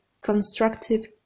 constructive